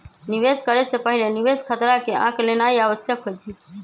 निवेश करे से पहिले निवेश खतरा के आँक लेनाइ आवश्यक होइ छइ